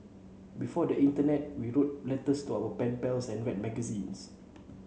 before the internet we wrote letters to our pen pals and read magazines